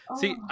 see